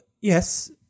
Yes